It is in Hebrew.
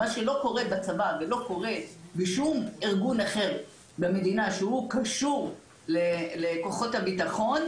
מה שלא קורה בצבא ולא קורה בשום ארגון אחר במדינה שקשור לכוחות הביטחון,